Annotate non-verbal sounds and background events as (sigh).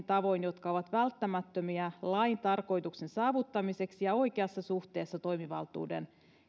(unintelligible) tavoin jotka ovat välttämättömiä lain tarkoituksen saavuttamiseksi ja oikeassa suhteessa toimivaltuuden